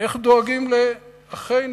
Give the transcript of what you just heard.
איך דואגים לאחינו.